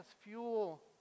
fuel